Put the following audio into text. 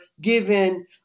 given